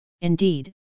indeed